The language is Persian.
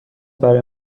برای